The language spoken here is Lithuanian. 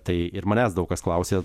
tai ir manęs daug kas klausė